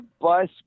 bus